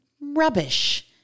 Rubbish